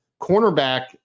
Cornerback